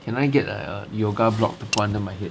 can I get like a yoga block to put under my head